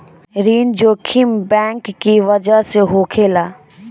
ऋण जोखिम बैंक की बजह से होखेला